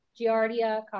Giardia